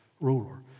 ruler